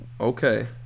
Okay